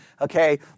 okay